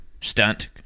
stunt